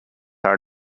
are